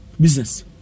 business